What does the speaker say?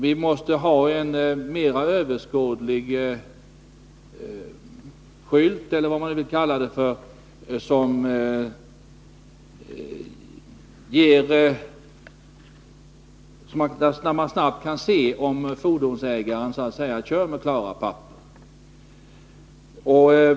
Vi måste ha en mera överskådlig skylt — eller vad man vill kalla det — där man snabbt kan se om fordonsägaren kör med klara papper.